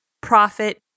profit